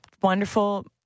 wonderful